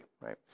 right